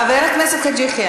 חבר הכנסת חאג' יחיא,